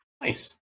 Nice